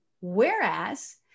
whereas